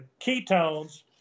ketones